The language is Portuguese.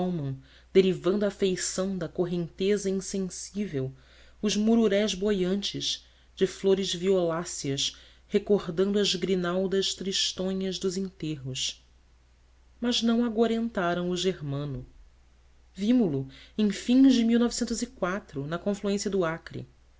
espalmam derivando à feição da correnteza insensível os mururés boiantes de flores violáceas recordando as grinaldas tristonhas dos enterros mas não agourentaram o germano vimo lo em fins de na confluência do acre